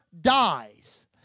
dies